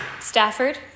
Stafford